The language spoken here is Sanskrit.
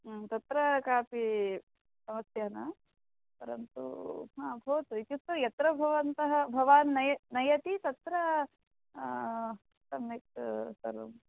तत्र कापि समस्या न परन्तु ह भवतु इत्युक्तौ यत्र भवन्तः भवान् नय नयति तत्र सम्यक् सर्वम्